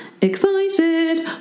excited